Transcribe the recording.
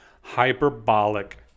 hyperbolic